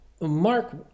mark